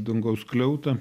dangaus skliautą